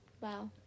Wow